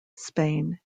spain